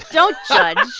don't judge